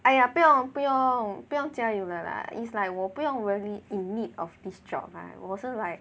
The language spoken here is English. !aiya! 不用不用不用家里的 lah it's like 我不用 really in need of this job lah 我是 like